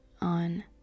on